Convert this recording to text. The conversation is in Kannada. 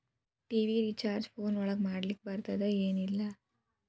ಟಿ.ವಿ ರಿಚಾರ್ಜ್ ಫೋನ್ ಒಳಗ ಮಾಡ್ಲಿಕ್ ಬರ್ತಾದ ಏನ್ ಇಲ್ಲ?